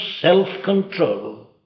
self-control